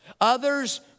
Others